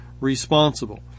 responsible